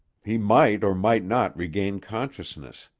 he might or might not regain consciousness.